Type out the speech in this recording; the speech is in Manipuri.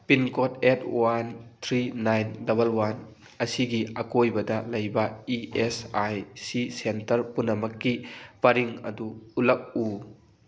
pin code eight one three nine double one ꯑꯁꯤꯒꯤ ꯑꯀꯣꯏꯕꯗ ꯂꯩꯕ E S I C centre ꯄꯨꯝꯅꯃꯛꯀꯤ ꯄꯔꯤꯡ ꯑꯗꯨ ꯎꯠꯂꯛꯎ